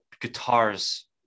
guitars